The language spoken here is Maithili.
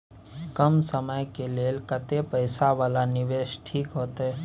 कम समय के लेल कतेक पैसा वाला निवेश ठीक होते?